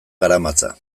garamatza